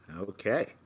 okay